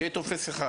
שיהיה טופס אחד.